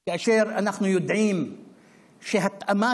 אנחנו יודעים שהתאמה תרבותית,